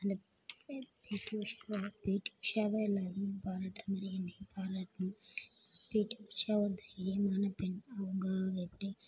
அந்த பீடி உஷாவை பீடி உஷாவை எல்லாேரும் பாராட்டுகிற மாதிரி என்னையும் பாராட்டணும் பீடி உஷா வந்து ஏழ்மையான பெண் அவங்க எப்படி